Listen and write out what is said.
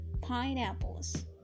Pineapples